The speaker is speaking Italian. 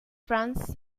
france